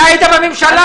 אתה היית בממשלה.